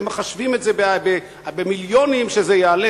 הם מחשבים את זה במיליונים שזה יעלה.